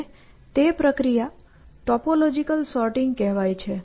અને તે પ્રક્રિયા ટોપોલોજીકલ સોર્ટિંગ કહેવાય છે